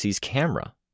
camera